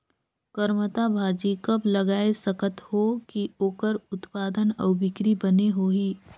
करमत्ता भाजी कब लगाय सकत हो कि ओकर उत्पादन अउ बिक्री बने होही?